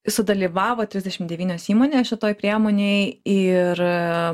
sudalyvavo trisdešim devynios įmonės šitoj priemonėj ir